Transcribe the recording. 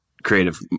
creative